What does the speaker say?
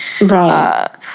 Right